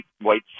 white